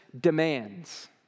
demands